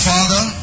Father